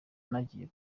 nagiye